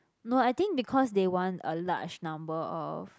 no I think because they want a large number of